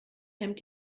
hemmt